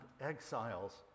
exiles